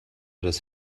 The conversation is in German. des